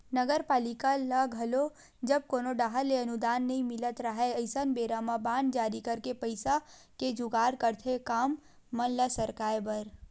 नगरपालिका ल घलो जब कोनो डाहर ले अनुदान नई मिलत राहय अइसन बेरा म बांड जारी करके पइसा के जुगाड़ करथे काम मन ल सरकाय बर